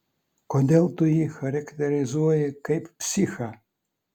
kodėl tu jį charakterizuoji kaip psichą